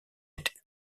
été